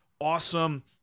awesome